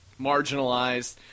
marginalized